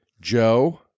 Joe